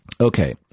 Okay